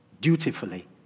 dutifully